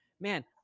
man